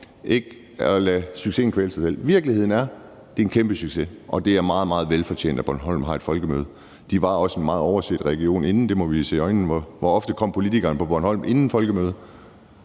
ikke lader succesen kvæle sig selv. Virkeligheden er, at det er en kæmpesucces, og det er meget, meget velfortjent, at Bornholm har et folkemøde. Det var også en meget overset region forinden. Det må vi se i øjnene. Hvor ofte kom politikerne på Bornholm inden Folkemødet?